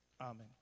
Amen